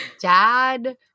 dad